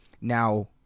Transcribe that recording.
Now